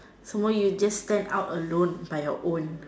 so more you just stand out alone by your own